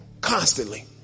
constantly